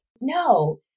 No